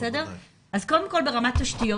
המלצות ברמת תשתיות